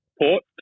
port